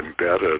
embedded